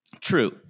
True